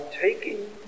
taking